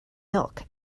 milk